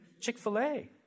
Chick-fil-A